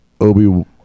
obi